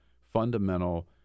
fundamental